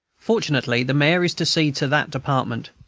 fortunately, the major is to see to that department.